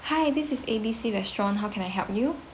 hi this is A B C restaurant how can I help you